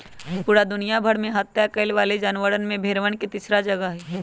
पूरा दुनिया भर में हत्या कइल जाये वाला जानवर में भेंड़वन के तीसरा जगह हई